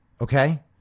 okay